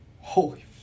Holy